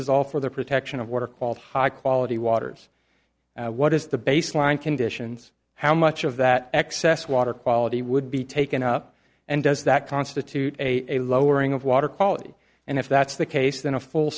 is all for the protection of water quality high quality waters what is the baseline conditions how much of that excess water quality would be taken up and does that constitute a lowering of water quality and if that's the case then a full